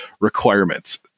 requirements